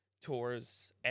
tours